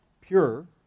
pure